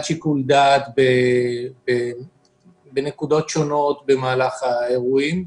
שיקול דעת בנקודות שונות במהלך האירועים.